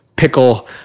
Pickle